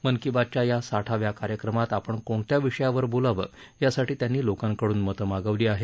मन की बातच्या या साठाव्या कार्यक्रमात आपण कोणत्या विषयांवर बोलावं यासाठी त्यांनी लोकांकडून मतं मागवली आहेत